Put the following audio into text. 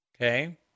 Okay